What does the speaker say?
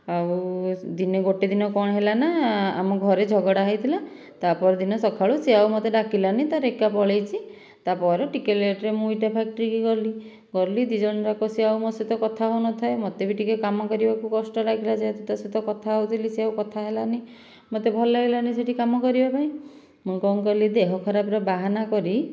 ଆଉ ଦିନେ ଗୋଟିଏ ଦିନ କ'ଣ ହେଲା ନା ଆମ ଘରେ ଝଗଡ଼ା ହୋଇଥିଲା ତା'ପରଦିନ ସକାଳୁ ସେ ଆଉ ମୋତେ ଆଉ ଡାକିଲାନି ତା'ର ଏକା ପଳାଇଛି ତା'ପରେ ଟିକେ ଲେଟ୍ରେ ମୁଁ ଇଟା ଫ୍ୟାକ୍ଟ୍ରି କି ଗଲି ଗଲି ଦୁଇଜଣ ଯାକ ସେ ଆଉ ମୋ ସହ କଥା ହେଉନଥାଏ ମୋତେ ବି ଟିକେ କାମ କରିବାକୁ କଷ୍ଟ ଲାଗିଲା ଯେହେତୁ ତା'ସହ କଥା ହେଉଥିଲି ସେ ଆଉ କଥା ହେଲାନି ମୋତେ ଭଲ ଲାଗିଲାନି ସେହିଠି କାମ କରିବାପାଇଁ ମୁଁ କ'ଣ କଲି ଦେହ ଖରାପର ବାହାନା କରି